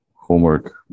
homework